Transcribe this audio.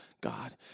God